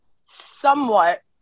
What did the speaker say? somewhat